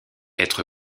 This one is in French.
être